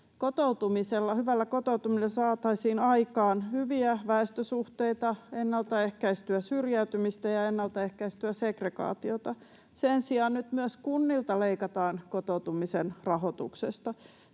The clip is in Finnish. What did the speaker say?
Hyvällä kotoutumisella saataisiin aikaan hyviä väestösuhteita, ennaltaehkäistyä syrjäytymistä ja ennaltaehkäistyä segregaatiota. Sen sijaan nyt myös kunnilta leikataan kotoutumisen rahoituksesta.